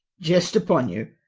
jest upon you,